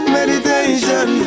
Meditation